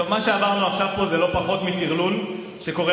חוק ומשפט להכנתה לקריאה